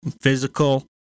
physical